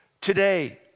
today